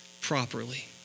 properly